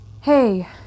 Hey